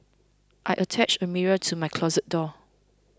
I attached a mirror to my closet door